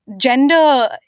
Gender